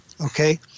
Okay